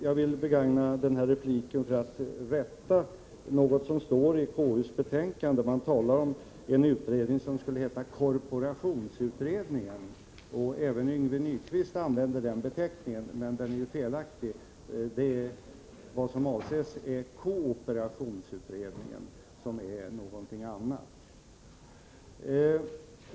Jag vill begagna den här repliken till att rätta någonting som står i konstitutionsutskottets betänkande, nämligen när man talar om en utredning som skulle heta ”korporationsutredningen”. Även Yngve Nyquist använde den beteckningen. Men den är felaktig. Vad som avses är ”kooperationsutredningen”, som är någonting annat.